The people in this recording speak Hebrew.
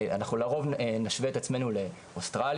אנחנו לרוב נשווה את עצמנו לאוסטרליה,